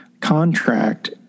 contract